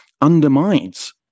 undermines